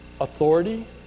authority